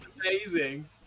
Amazing